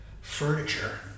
furniture